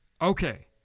Okay